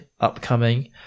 upcoming